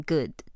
Good